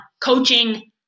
coaching